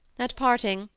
at parting,